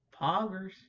Poggers